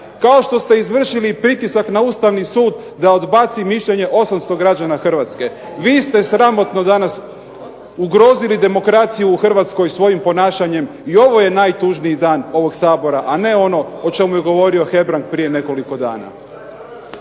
Kao što ste izvršili i pritisak na Ustavni sud da odbaci mišljenje 800 građana Hrvatske. Vi ste sramotno danas ugrozili demokraciju u Hrvatskoj svojim ponašanjem i ovo je najtužniji dan ovog Sabora, a ne ono o čemu je govorio Hebrang prije nekoliko dana.